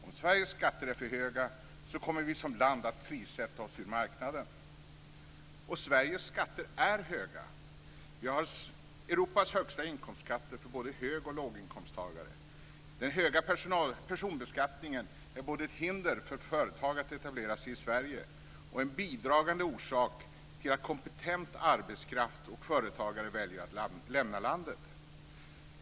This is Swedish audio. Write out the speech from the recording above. Om Sveriges skatter är för höga kommer vi som land att prissätta oss av marknaden. Sveriges skatter är höga. Vi har Europas högsta inkomstskatter för både hög och låginkomsttagare. Den höga personbeskattningen är både ett hinder för företag att etablera sig i Sverige och en bidragande orsak till att kompetent arbetskraft och företagare väljer att lämna landet.